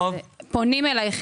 חלקן פונות אליי.